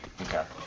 Okay